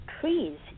trees